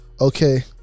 Okay